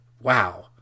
wow